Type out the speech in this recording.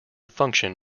function